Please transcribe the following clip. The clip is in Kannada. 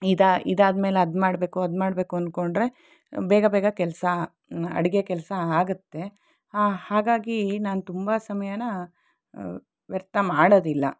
ಇದು ಇದಾದ್ಮೇಲೆ ಅದು ಮಾಡಬೇಕು ಅದು ಮಾಡಬೇಕು ಅನ್ಕೊಂಡ್ರೆ ಬೇಗ ಬೇಗ ಕೆಲಸ ಅಡುಗೆ ಕೆಲಸ ಆಗತ್ತೆ ಹಾಗಾಗಿ ನಾನು ತುಂಬ ಸಮಯನ ವ್ಯರ್ಥ ಮಾಡೋದಿಲ್ಲ